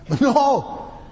No